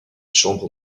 chambres